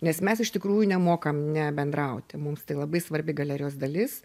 nes mes iš tikrųjų nemokam nebendrauti mums tai labai svarbi galerijos dalis